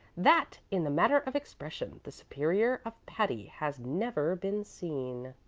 that, in the matter of expression, the superior of patti has never been seen.